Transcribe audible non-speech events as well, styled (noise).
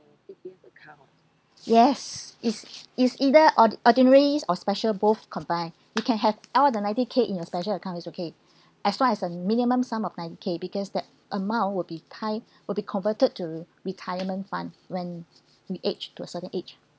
yes is is either or~ ordinary or special both combined (breath) you can have all the ninety K in your special account is okay (breath) as long as a minimum sum of ninety K because that amount will be tied (breath) will be converted to retirement fund when we aged to a certain age